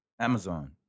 Amazon